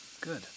good